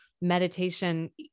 meditation